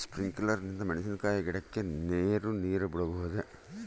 Sprinkler ನಿಂದ ಮೆಣಸಿನಕಾಯಿ ಗಿಡಕ್ಕೆ ನೇರು ಬಿಡಬಹುದೆ?